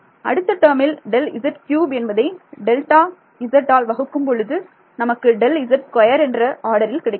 அடுத்த டேர்மில் Δz3 என்பதை டெல்டா Δzஆல் வகுக்கும் பொழுது நமக்கு Δz2 என்ற ஆர்டரில் கிடைக்கிறது